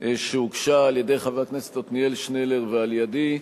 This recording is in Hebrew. שהוגשה על-ידי חבר הכנסת עתניאל שנלר ועל-ידי.